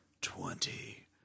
Twenty